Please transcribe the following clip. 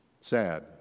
Sad